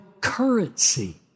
currency